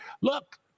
look